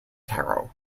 taro